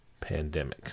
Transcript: pandemic